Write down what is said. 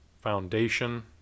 foundation